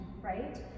right